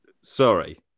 sorry